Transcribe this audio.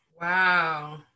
Wow